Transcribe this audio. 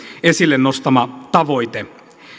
esille nostama tavoite